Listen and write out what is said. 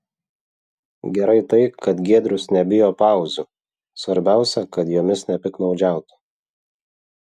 gerai tai kad giedrius nebijo pauzių svarbiausia kad jomis nepiktnaudžiautų